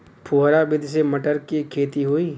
फुहरा विधि से मटर के खेती होई